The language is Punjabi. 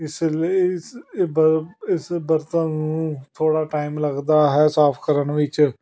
ਇਸ ਲਈ ਇਸ ਬਰਤਨ ਨੂੰ ਥੋੜ੍ਹਾ ਟਾਈਮ ਲੱਗਦਾ ਹੈ ਸਾਫ ਕਰਨ ਵਿੱਚ